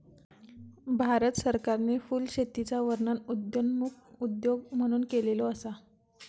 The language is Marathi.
भारत सरकारने फुलशेतीचा वर्णन उदयोन्मुख उद्योग म्हणून केलेलो असा